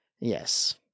Yes